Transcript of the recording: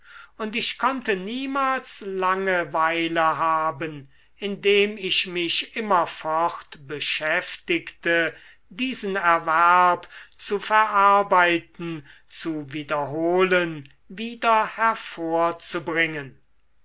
und ich konnte niemals langeweile haben indem ich mich immerfort beschäftigte diesen erwerb zu verarbeiten zu wiederholen wieder hervorzubringen